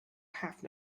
half